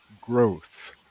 growth